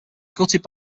gutted